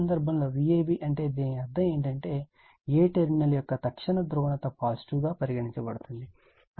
ఈ సందర్భంలో Vab అంటే దీని అర్థం ఏమిటంటే a టెర్మినల్ యొక్క తక్షణ ధ్రువణత పాజిటివ్ గా పరిగణించబడుతుంది